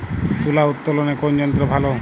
তুলা উত্তোলনে কোন যন্ত্র ভালো?